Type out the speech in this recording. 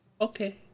Okay